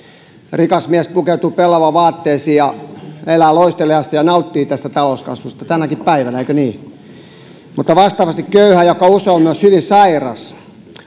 rikas mies pukeutuu pellavavaatteisiin ja elää loisteliaasti ja nauttii tästä talouskasvusta tänäkin päivänä eikö niin mutta vastaavasti köyhä joka usein on myös hyvin sairas